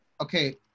Okay